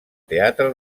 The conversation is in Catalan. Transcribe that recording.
teatre